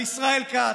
על ישראל כץ,